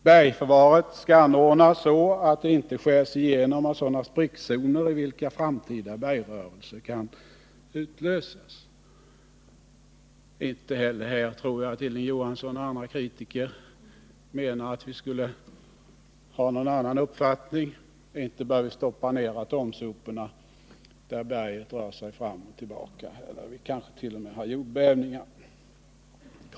”Bergförvaret skall anordnas så att det icke skärs igenom av sådana sprickzoner i vilka framtida bergrörelser kan utlösas.” Inte heller här tror jag att Hilding Johansson och andra kritiker har någon annan uppfattning och anser att vi skall placera atomsoporna i ett berg som rör sig fram och tillbaka eller där vi t.o.m. kan få jordbävningar.